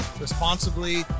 responsibly